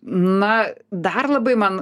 na dar labai man